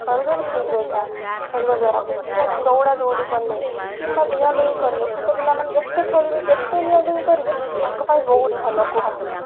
ଶରୀର ବି ଠିକ୍ ରହିଥାଏ ଖେଳିବା ଦ୍ଵାରା କୁହନ୍ତି ଦୌଡ଼ି ଦୌଡ଼ି କଲେ କିମ୍ବା ଡିଆଁ ଡୁଇଁ କଲେ ଛୋଟ ପିଲାମାନେ ଯେତେ ଖେଳିବେ ଯେତେ ଡିଆଁ ଡୁଇଁ କରିବେ ତାଙ୍କ ପାଇଁ ବହୁତ ଭଲ କୁହନ୍ତି